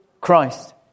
Christ